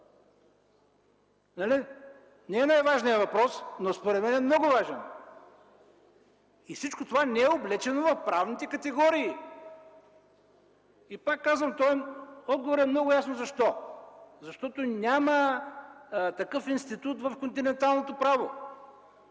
не е най-важният въпрос, но според мен е много важен. Всичко това не е облечено в правните категории. Пак казвам, защо? Отговорът е много ясен – защото няма такъв институт в континенталното право.